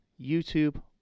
YouTube